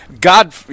God